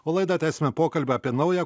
o laidą tęsime pokalbiu apie naują